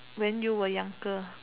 when you were younger